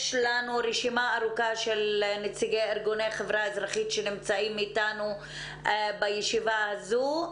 יש לנו רשימה ארוכה של נציגי ארגוני החברה האזרחית שנמצאים בישיבה הזאת.